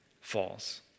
falls